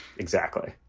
exactly.